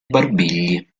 barbigli